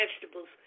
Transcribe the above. vegetables